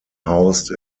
housed